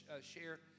share